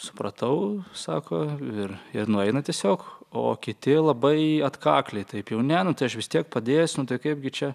supratau sako ir ir nueina tiesiog o kiti labai atkakliai taip jau ne nu tai aš vis tiek padėsiu nu tai kaipgi čia